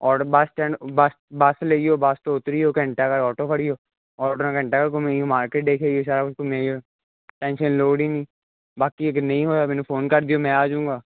ਆਟ bus stand bus ਲਈਓ bus ਤੋਂ ਉਤਰੀਓ ਘੰਟਾ ਕਾ ਆਟੋ ਖੜ੍ਹੀ ਹੋ ਆਟੋ ਘੰਟਾ ਕੋ ਮਾਰਕੀਟ ਦੇਖੇ ਸਾਰਾ ਕੁ ਟੈਂਸ਼ਨ ਲੋਡ ਹੀ ਨਹੀਂ ਬਾਕੀ ਨਹੀਂ ਹੋਇਆ ਮੈਨੂੰ ਫੋਨ ਕਰ ਦਿਓ ਮੈਂ ਆ ਜਾਊਂਗਾ